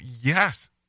yes